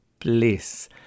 bliss